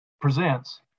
presents